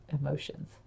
emotions